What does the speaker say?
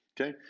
okay